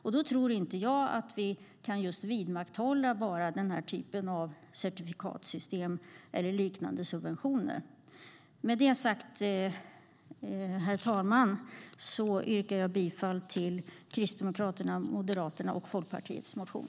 Jag tror inte att vi kan vidmakthålla den här typen av certifikatsystem eller liknande subventioner. Med det sagt, herr talman, yrkar jag bifall till Kristdemokraternas, Moderaternas och Folkpartiets motion.